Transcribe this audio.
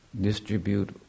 distribute